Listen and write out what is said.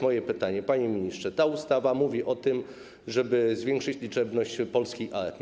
Moje pytanie: Panie ministrze, ta ustawa mówi o tym, żeby zwiększyć liczebność polskiej armii.